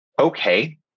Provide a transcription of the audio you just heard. okay